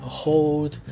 hold